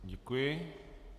Děkuji.